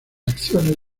acciones